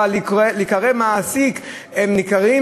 אבל להיקרא "מעסיק" הם נקראים,